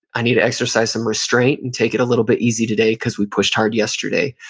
i need to exercise some restraint and take it a little bit easy today because we pushed hard yesterday.